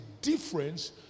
difference